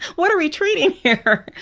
what are we treating here?